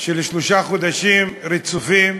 של שלושה חודשים רצופים,